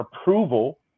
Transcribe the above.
approval